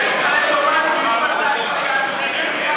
לטובת מי פסק בג"ץ?